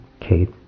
Kate